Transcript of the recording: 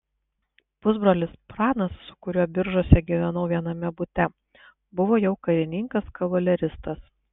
pusbrolis pranas su kuriuo biržuose gyvenau viename bute buvo jau karininkas kavaleristas